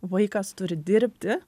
vaikas turi dirbti